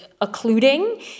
occluding